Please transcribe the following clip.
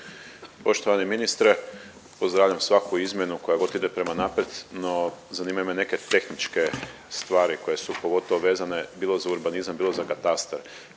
Poštovani ministre, pozdravljam svaku izmjenu koja god ide prema naprijed, no zanimaju me neke tehničke stvari koje su pogotovo vezane bilo za urbanizam, bilo za katastar.